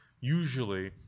usually